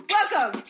Welcome